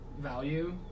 value